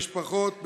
למשפחות,